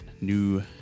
new